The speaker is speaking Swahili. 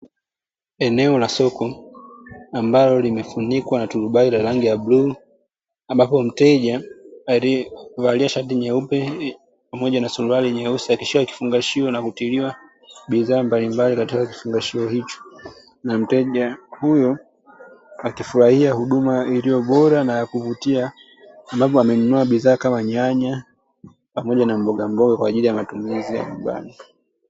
Eneo la soko ambalo limefunikwa na turubai la rangi ya bluu, ambapo mteja aliyevalia shati nyeupe pamoja na suruali nyeusi akishika kifungashio na kutiliwa bidhaa mbalimbali katika kifungashio hicho. Na mteja huyo akifurahia huduma iliyo bora na ya kuvutia, ambapo amenunua bidhaa kama nyanya pamoja na mbogamboga, kwa ajili ya matumizi ya nyumbani.